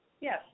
yes